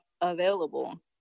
Available